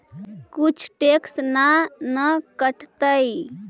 कुछ टैक्स ना न कटतइ?